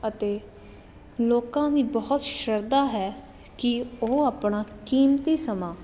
ਅਤੇ ਲੋਕਾਂ ਦੀ ਬਹੁਤ ਸ਼ਰਧਾ ਹੈ ਕਿ ਉਹ ਆਪਣਾ ਕੀਮਤੀ ਸਮਾਂ